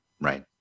Right